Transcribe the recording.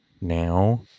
now